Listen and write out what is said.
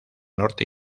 norte